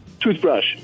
Toothbrush